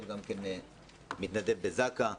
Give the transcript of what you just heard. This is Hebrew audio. מתנדב בזק"א,